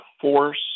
force